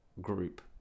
group